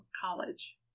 college